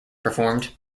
performed